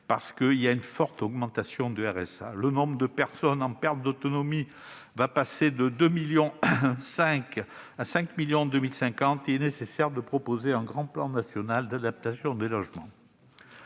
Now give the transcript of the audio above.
des difficultés budgétaires. Le nombre de personnes en perte d'autonomie va passer de 2,5 millions à 5 millions en 2050. Il est nécessaire de proposer un grand plan national d'adaptation des logements.